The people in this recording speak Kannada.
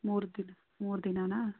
ಮೂರು ದಿನ ಮೂರು ದಿನನಾ